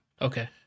Okay